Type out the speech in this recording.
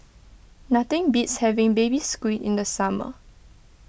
nothing beats having Baby Squid in the summer